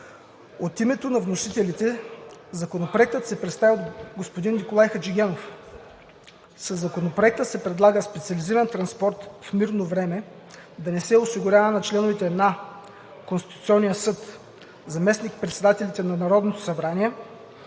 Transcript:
От името на вносителите Законопроектът се представи от господин Николай Хаджигенов. Със Законопроекта се предлага специализиран транспорт в мирно време да не се осигурява на членовете на Конституционния съд, заместник-председателите на Народното събрание